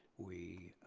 we